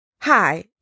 Hi